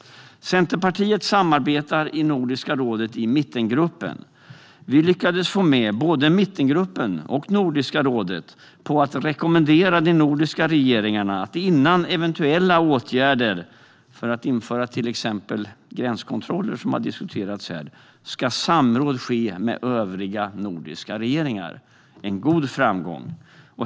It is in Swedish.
Centerpartiet samarbetar i Nordiska rådet i Mittengruppen. Vi lyckades få med både Mittengruppen och Nordiska rådet på att rekommendera till de nordiska regeringarna att före eventuella åtgärder för att till exempel införa gränskontroller, som har diskuterats här, ska samråd ske med övriga nordiska regeringar - en stor framgång.